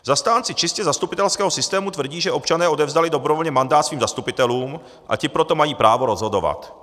Zastánci čistě zastupitelského systému tvrdí, že občané odevzdali dobrovolně mandát svým zastupitelům a ti proto mají právo rozhodovat.